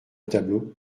tableau